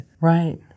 right